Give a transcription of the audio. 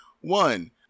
one